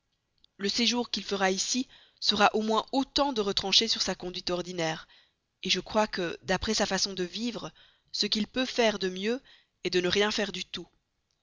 le séjour qu'il fera ici sera au moins autant de retranché sur sa conduite ordinaire et je crois que d'après sa façon de vivre ce qu'il peut faire de mieux est de ne rien faire du tout